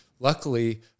Luckily